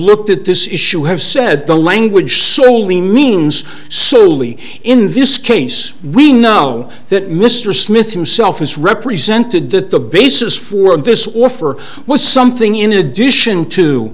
looked at this issue have said the language solely means surly in this case we know that mr smith himself is represented that the basis for this offer was something in addition to